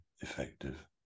effective